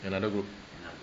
another group